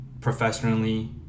professionally